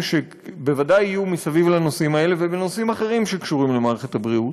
שבוודאי יהיו בנושאים האלה ובנושאים אחרים שקשורים למערכת הבריאות.